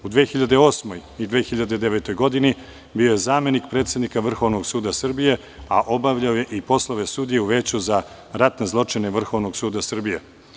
U 2008. i 2009. godini bio je zamenik predsednika Vrhovnog suda Srbije, a obavljao je i poslove sudije u Veću za ratne zločine Vrhovnog suda Srbije.